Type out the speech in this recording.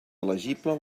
elegible